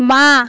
বাঁ